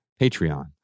Patreon